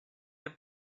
the